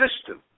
system